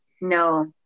No